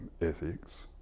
ethics